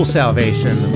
salvation